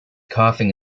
coughing